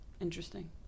Interesting